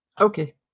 Okay